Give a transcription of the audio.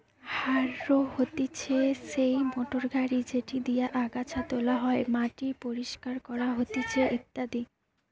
harrow হতিছে সেই motor গাড়ি যেটি দিয়া আগাছা তোলা হয়, মাটি পরিষ্কার করা হতিছে ইত্যাদি